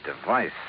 device